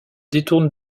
détourne